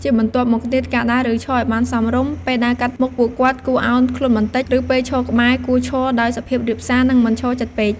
ជាបន្ទាប់មកទៀត ការដើរ ឬឈរឱ្យបានសមរម្យ ពេលដើរកាត់មុខពួកគាត់ គួរអោនខ្លួនបន្តិច ឬពេលឈរក្បែរ គួរឈរដោយសុភាពរាបសារ និងមិនឈរជិតពេក។